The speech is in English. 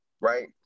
right